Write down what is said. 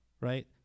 Right